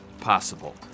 possible